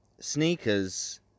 Sneakers